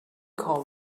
call